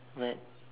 but